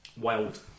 Wild